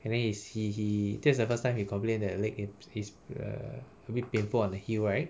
and then is he he that's the first time he complained that the leg is is err a bit painful on the heel right